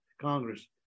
Congress